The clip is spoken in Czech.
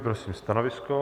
Prosím stanovisko.